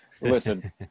Listen